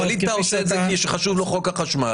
פליגתא עושה את זה כי חשוב לו חוק החשמל.